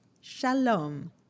Shalom